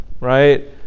right